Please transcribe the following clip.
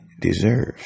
deserves